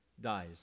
dies